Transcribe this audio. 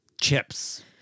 Chips